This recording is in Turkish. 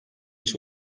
beş